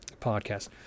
podcast